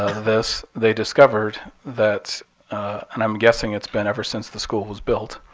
ah this, they discovered that and i'm guessing it's been ever since the school was built,